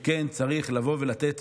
שכן צריך לבוא ולתת,